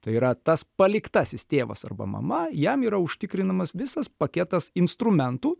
tai yra tas paliktasis tėvas arba mama jam yra užtikrinamas visas paketas instrumentų